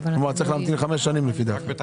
צריך להמתין חמש שנים לדעתי.